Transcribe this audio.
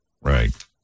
Right